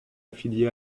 affilié